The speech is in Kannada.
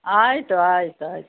ಆಯ್ತುಆಯ್ತು ಆಯ್ತು